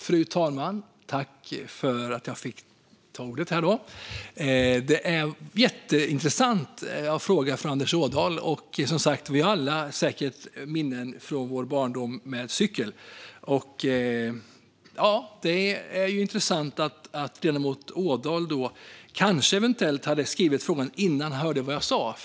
Fru talman! Det är en jätteintressant fråga från Anders Ådahl. Och vi alla har säkert cykelminnen från vår barndom, som sagt. Det är intressant att ledamoten Ådahl eventuellt hade skrivit frågan innan han hörde vad jag sa.